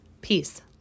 Peace